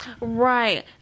right